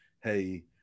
Hey